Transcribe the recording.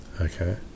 Okay